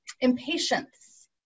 impatience